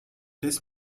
this